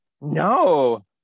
No